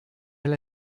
elle